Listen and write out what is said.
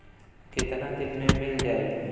कितना दिन में मील जाई?